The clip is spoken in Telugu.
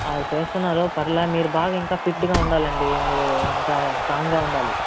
ఆవ్ చేస్తున్నారు పర్లే మీరు బాగా ఇంకా ఫిట్గా ఉండాలండి మీరు ఇంకా స్ట్రాంగ్గా ఉండాలి